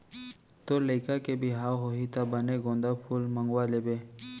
तोर लइका के बिहाव होही त बने गोंदा फूल मंगवा लेबे